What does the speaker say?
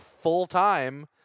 full-time